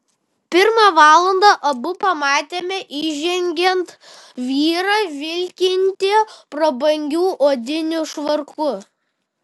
pirmą valandą abu pamatėme įžengiant vyrą vilkintį prabangiu odiniu švarku